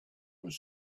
was